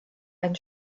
ein